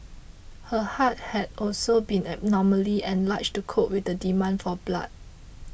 her heart had also been abnormally enlarged to cope with the demand for blood